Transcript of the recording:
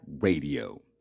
Radio